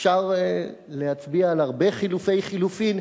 אפשר להצביע על הרבה חלופי חלופין,